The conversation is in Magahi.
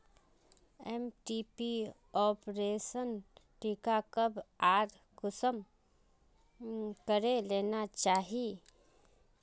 एम.टी.पी अबोर्शन कीट कब आर कुंसम करे लेना चही?